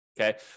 Okay